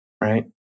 right